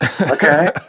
Okay